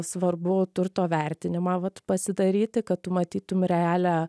svarbu turto vertinimą vat pasidaryti kad tu matytum realią